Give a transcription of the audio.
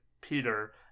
Peter